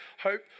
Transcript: hope